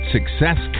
Success